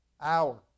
hour